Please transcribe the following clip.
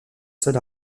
seul